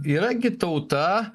yra gi tauta